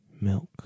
Milk